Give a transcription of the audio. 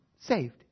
saved